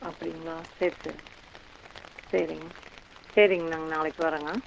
அப்படிங்களா சரி சரி சரிங்க சரிங்க நாங்கள் நாளைக்கு வரோங்க